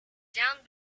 down